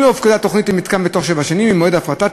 אם לא הופקדה תוכנית למתקן בתוך שבע שנים ממועד ההפרטה,